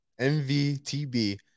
MVTB